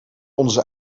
onze